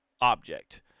object